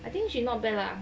I think should not bad lah